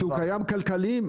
שהוא קיים כלכליים.